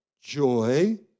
joy